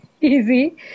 easy